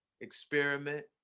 Experiment